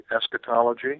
eschatology